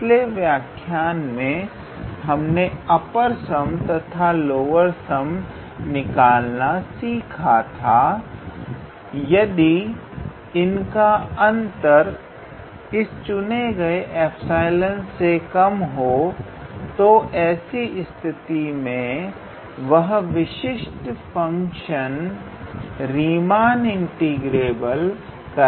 पिछले व्याख्यायन में हमने अपर सम तथा लोअर सम निकालना सीखा था यदि इनका अंतर इस चुने गए 𝜖 से कम हो तो ऐसी स्थिति में वह विशिष्ट फंक्शन रीमान इंटीग्रेबल कहा जाता है